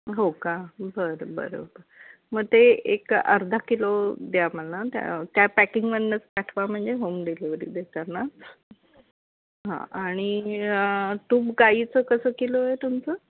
हो का बरं बरं बरं मग ते एक अर्धा किलो द्या मला त्या त्या पॅकिंगमधूनच पाठवा म्हणजे होम डिलिवरी देताना हां आणि तूप गाईचं कसं किलो आहे तुमचं